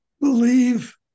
believe